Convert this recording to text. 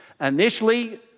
Initially